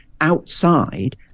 outside